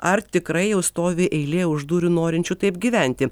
ar tikrai jau stovi eilė už durų norinčių taip gyventi